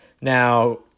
Now